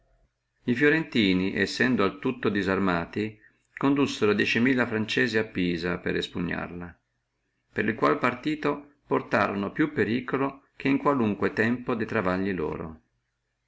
loro fiorentini sendo al tutto disarmati condussono diecimila franzesi a pisa per espugnarla per il quale partito portorono più pericolo che in qualunque tempo de travagli loro